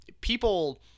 people